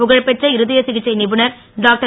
புக பெற்ற இருதய சிகிச்சை புணர் டாக்டர்